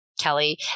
Kelly